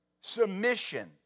Submission